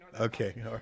Okay